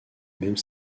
même